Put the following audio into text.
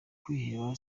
kwiheba